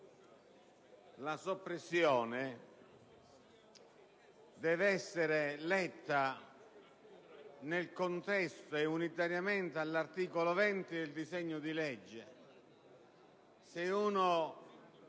la soppressione debba essere letta nel contesto e unitamente all'articolo 20 del disegno di legge.